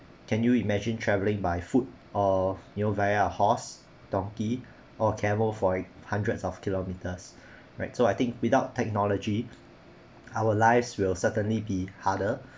can you imagine travelling by foot of you know via a horse donkey or camel for e~ hundreds of kilometres right so I think without technology our lives will certainly be harder